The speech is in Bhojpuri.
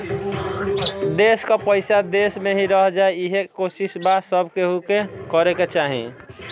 देस कअ पईसा देस में ही रह जाए इहे कोशिश सब केहू के करे के चाही